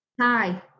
Hi